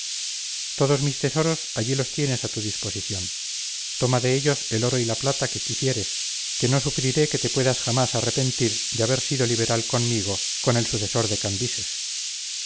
todos mis tesoros allí los tienes a tu disposición toma de ellos el oro y la plata que quisieres que no sufrirá que te puedas jamás arrepentir de haber sido liberal conmigo con el sucesor de cambises